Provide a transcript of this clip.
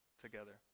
together